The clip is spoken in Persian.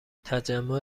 تجمع